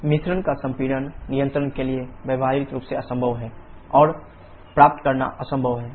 मिश्रण का संपीड़न नियंत्रण के लिए व्यावहारिक रूप से असंभव है और प्राप्त करना असंभव है